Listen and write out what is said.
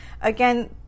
Again